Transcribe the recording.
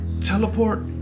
Teleport